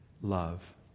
love